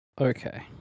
Okay